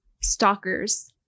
stalkers